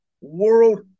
World